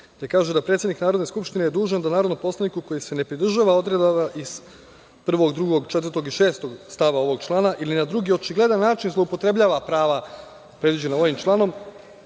gde kaže da predsednik Narodne skupštine je dužan da narodnom poslaniku koji se ne pridržava odredaba iz st. 1, 2, 4, i 6. ovog člana ili na drugi očigledan način zloupotrebljava prava predviđena ovim članom